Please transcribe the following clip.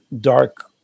dark